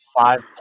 five